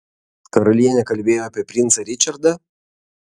karalienė kalbėjo apie princą ričardą